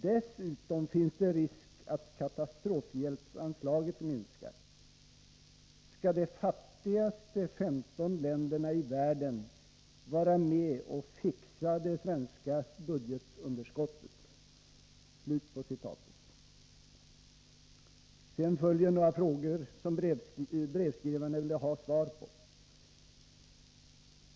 Dessutom finns det risk att katastrofhjälpsanslaget minskar. Skall de fattigaste 15 länderna i världen vara med och ”fixa” det svenska budgetunderskottet?” Sedan följer några frågor som brevskrivarna ville ha svar på.